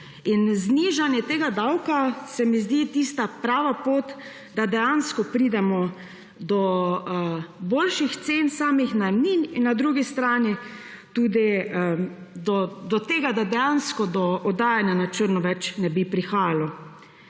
in znižanje tega davka se mi zdi tista prava pot, da dejansko pridemo do boljših cen samih najemnin in na drugi strani tudi do tega, da dejansko do oddajanja na črno več ne bi prihajalo.